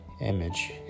image